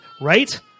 right